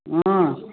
ಹ್ಞೂ